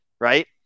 right